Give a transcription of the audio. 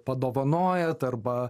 padovanojat arba